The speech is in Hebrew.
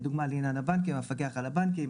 לדוגמא: לעניין הבנקים המפקח על הבנקים,